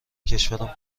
کشورم